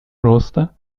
роста